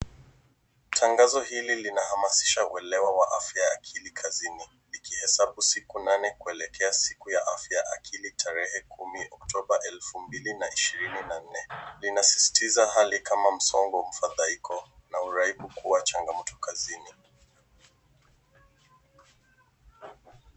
Tangazo hili linahamasisha uelewa wa afya ya akili kazini. Ikihesabu siku nane kuelekea siku ya afya ya akili tarehe tarehe kumi oktoba elfu mbili na ishirini na nne. Linasisitiza hali kama msongo wa mfadhaiko, na uraibu kuwa changamoto kazini.